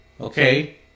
Okay